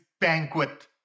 Banquet